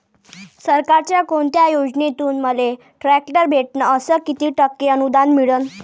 सरकारच्या कोनत्या योजनेतून मले ट्रॅक्टर भेटन अस किती टक्के अनुदान मिळन?